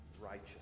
righteous